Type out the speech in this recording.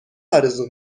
آرزو